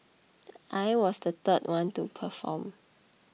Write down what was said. I was the third one to perform